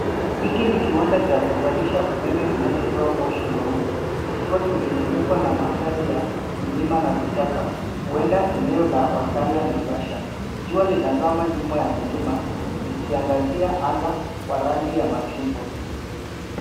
Hiki ni kiwanda cha kuzalisha umeme kinachotoa moshi mweupe, kikiwa kimezungukwa na mandhari ya milima na vichaka, huenda eneo la Ol Karia, Naivasha. Jua linazama nyuma ya milima likiangazia anga wa rangi ya machungwa.